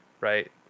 right